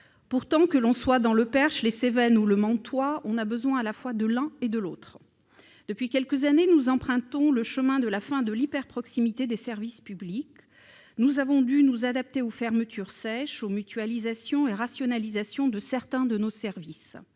Pourtant, que l'on soit dans le Perche, les Cévennes ou le Mantois, on a besoin à la fois de l'un et de l'autre. Depuis quelques années, nous empruntons le chemin de la fin de l'hyperproximité des services publics. Nous avons dû nous adapter aux fermetures sèches, aux mutualisations et rationalisations de certains de nos services.